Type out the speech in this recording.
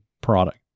product